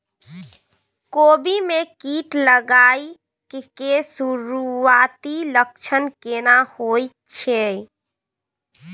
कोबी में कीट लागय के सुरूआती लक्षण केना होय छै